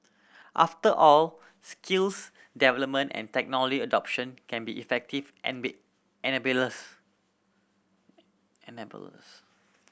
after all skills development and technology adoption can be effective enablers